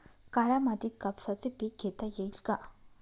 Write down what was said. काळ्या मातीत कापसाचे पीक घेता येईल का?